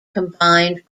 combined